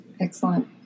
Excellent